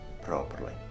properly